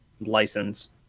license